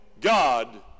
God